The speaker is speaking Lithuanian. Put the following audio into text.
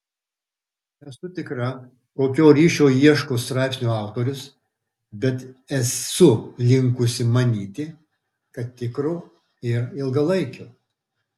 nesu tikra kokio ryšio ieško straipsnio autorius bet esu linkusi manyti kad tikro ir ilgalaikio